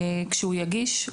כשהוא יגיש,